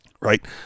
right